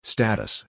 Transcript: Status